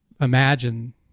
imagine